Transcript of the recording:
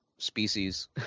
species